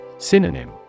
Synonym